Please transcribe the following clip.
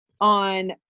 on